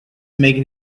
make